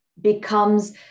becomes